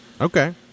Okay